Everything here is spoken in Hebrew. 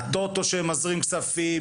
הטוטו שמזרים כספים,